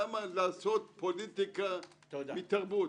למה לעשות פוליטיקה מתרבות?